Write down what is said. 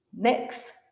Next